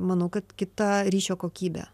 manau kad kita ryšio kokybė